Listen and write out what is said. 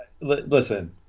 listen